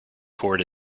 toward